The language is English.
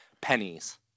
pennies